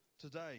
today